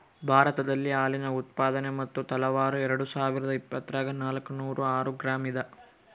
ಭಾರತದಲ್ಲಿ ಹಾಲಿನ ಉತ್ಪಾದನೆ ಮತ್ತು ತಲಾವಾರು ಎರೆಡುಸಾವಿರಾದ ಇಪ್ಪತ್ತರಾಗ ನಾಲ್ಕುನೂರ ಆರು ಗ್ರಾಂ ಇದ